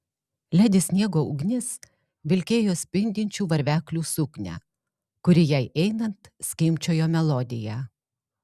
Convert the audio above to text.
ledi sniego ugnis vilkėjo spindinčių varveklių suknią kuri jai einant skimbčiojo melodiją